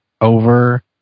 over